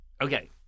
Okay